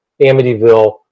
Amityville